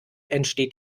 entsteht